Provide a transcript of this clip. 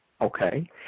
Okay